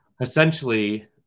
essentially